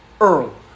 Earl